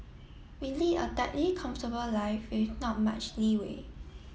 we lead a tightly comfortable life with not much leeway